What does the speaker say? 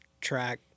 track